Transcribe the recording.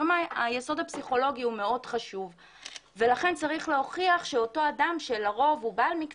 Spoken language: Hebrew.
לא מוכנים לעבור לסדר היום עם זה שרק אחרי